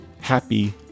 happy